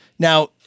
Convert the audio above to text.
Now